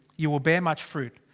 you will bear much fruit.